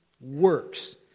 works